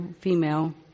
female